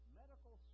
medical